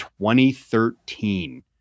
2013